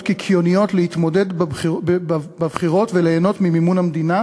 קיקיוניות להתמודד בבחירות וליהנות ממימון המדינה,